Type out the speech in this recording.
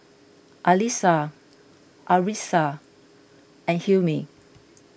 Alyssa Arissa and Hilmi